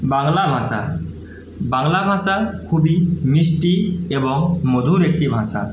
বাংলা ভাষা বাংলা ভাষা খুবই মিষ্টি এবং মধুর একটি ভাষা